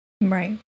Right